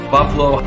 Buffalo